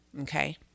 Okay